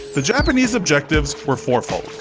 the japanese objectives were four-fold.